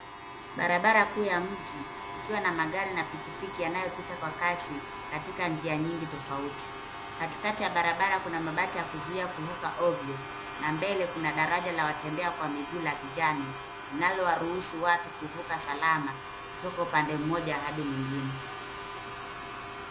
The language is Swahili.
Barabara kuu ya mji ikiwa na magari na pikipiki yanayopita kwa kasi katika njia nyingi tofauti. Katikati ya barabara kuna mabati ya kuzuia kuvuka ovyo na mbele kuna daraja la watembea kwa miguu la kijani, nalo laruhusu watu kuvuka salama kutoka upande mmoja hadi mwingine.